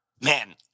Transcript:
man